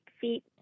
feet